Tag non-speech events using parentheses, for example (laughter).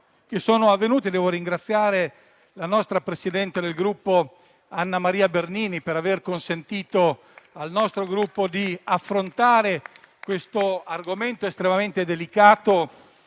devo ringraziare la presidente del nostro Gruppo, Anna Maria Bernini, (applause) per aver consentito al nostro Gruppo di affrontare questo argomento estremamente delicato